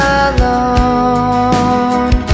alone